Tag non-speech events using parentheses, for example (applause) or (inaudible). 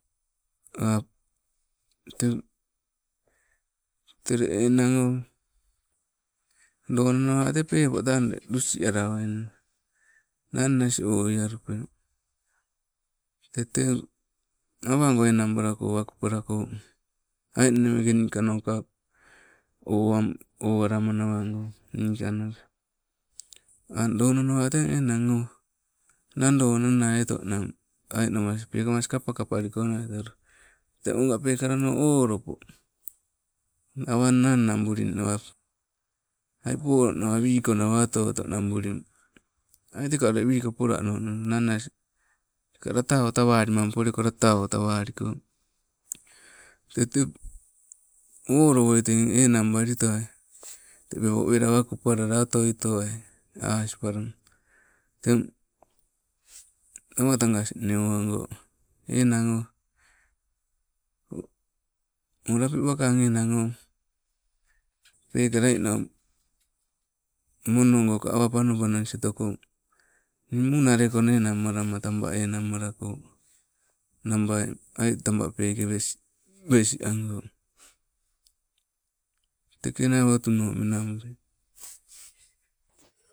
(unintelligible) te ule enang o lona te ule pepo tang ule lusi alawaina, nane asing owealupee. Te tee awagoo enang balakoo wakupalakoo, ai nne mekee nikanoo ka owalamana goo niikanala, ang lona lowa te enang o nadoo nanaioto nang, ai namas pekamas te kapakapa likoo nai otolo, te ogaa pekala nau olopo, awa na nang nabuli nawa, ai poulo nawa wiko toto nabulu, ai te ka we wiko polanonna nai teka latawo tawali mampo latawo tawalikoo. Tete olowoi enang balitowai te pepo wakupalala otoitowai asipalama. Teng awa tangas nnee owagoo enang o, o lapi wakang enang oh pekala ninau mono goo ka awa panopanos otokong nii muna lema enang malama taba enang malako, ai naai taba peke wesiango. (unintelligible)